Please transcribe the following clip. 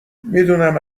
میدونم